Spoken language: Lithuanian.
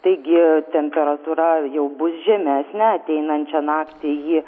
taigi temperatūra jau bus žemesnė ateinančią naktį ji